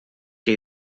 que